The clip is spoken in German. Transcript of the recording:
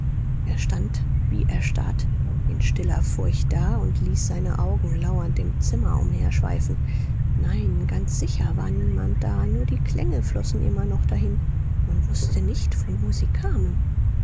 er stand wie erstarrt in stiller furcht da und ließ seine augen lauernd im zimmer umherschweifen nein ganz sicher war niemand da nur die klänge flossen immer noch dahin man wußte nicht von wo sie kamen